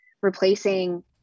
replacing